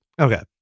Okay